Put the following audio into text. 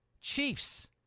Chiefs